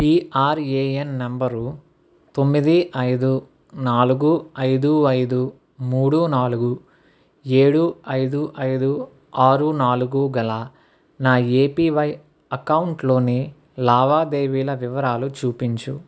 PRAN నంబరు తొమ్మిది ఐదు నాలుగు ఐదు ఐదు మూడు నాలుగు ఏడు ఐదు ఐదు ఆరు నాలుగు గల నా ఏపీవై అకౌంట్ లోని లావాదేవీల వివరాలు చూపించు